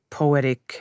poetic